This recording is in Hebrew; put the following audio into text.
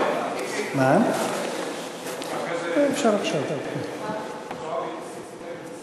אני מבקש להשיב על שתי הצעות האי-אמון.